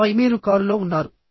ఆపై మీరు కారులో ఉన్నారు